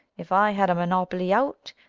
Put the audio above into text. if i had a monopoly out,